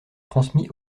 transmis